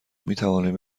میتوانم